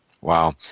Wow